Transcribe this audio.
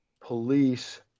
police